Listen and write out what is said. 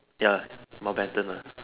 ya Mountbatten lah